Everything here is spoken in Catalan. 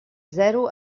zero